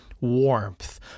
warmth